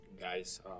guys